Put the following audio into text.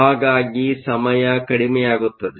ಹಾಗಾಗಿ ಸಮಯ ಕಡಿಮೆಯಾಗುತ್ತದೆ